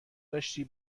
داشتی